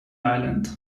island